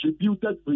attributed